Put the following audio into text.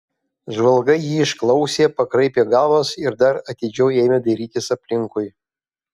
žvalgai jį išklausė pakraipė galvas ir dar atidžiau ėmė dairytis aplinkui